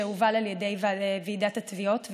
שהובל על ידי ועידת התביעות,